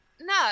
No